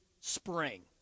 spring